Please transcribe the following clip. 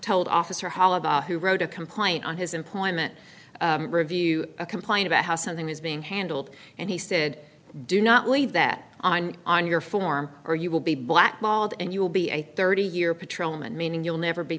told officer hall about who wrote a complaint on his employment review complain about how something is being handled and he said do not leave that on on your form or you will be blackballed and you will be a thirty year patrolman meaning you'll never be